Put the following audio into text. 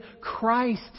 Christ